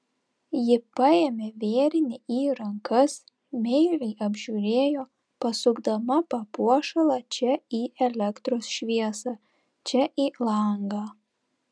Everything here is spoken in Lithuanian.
ji paėmė vėrinį į rankas meiliai apžiūrėjo pasukdama papuošalą čia į elektros šviesą čia į langą